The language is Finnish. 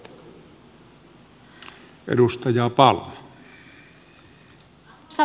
arvoisa puhemies